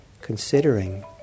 considering